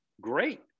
great